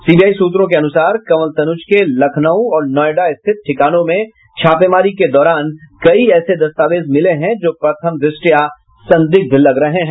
CBI सूत्रों के अनुसार कंवल तनुज के लखनऊ और नोएडा स्थित ठिकानों में छापेमारी के दौरान कई ऐसे दस्तावेज मिले हैं जो प्रथम द्रष्टया संदिग्ध लग रहे हैं